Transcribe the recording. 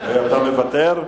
אתה מוותר?